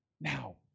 now